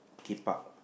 keep up